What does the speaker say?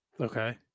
Okay